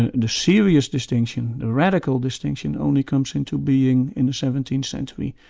ah and serious distinction, a radical distinction, only comes into being in the seventeenth century,